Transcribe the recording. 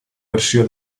versió